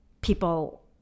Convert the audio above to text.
people